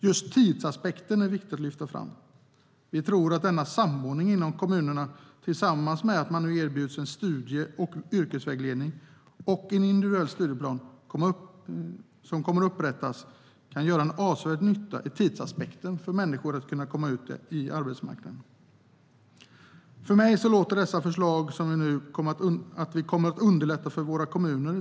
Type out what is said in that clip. Just tidsaspekten är viktig att lyfta fram. Vi tror att denna samordning inom kommunerna tillsammans med att man nu erbjuds studie och yrkesvägledning och att en individuell studieplan kommer att upprättas kan göra avsevärd nytta när det gäller tidsaspekten på att människor kan komma ut på arbetsmarknaden. För mig låter dessa förslag som att vi nu kommer att underlätta för våra kommuner.